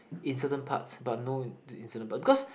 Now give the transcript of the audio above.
in certain parts but no in the certain part because